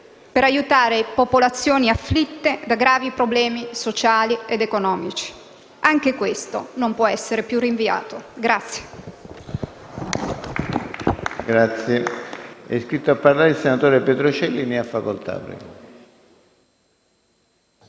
per aiutare popolazioni afflitte da gravi problemi sociali ed economici. Anche questo non può più essere rinviato.